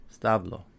Stablo